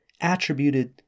attributed